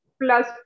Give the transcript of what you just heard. plus